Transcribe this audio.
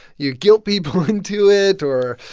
you guilt people into it. or,